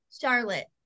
charlotte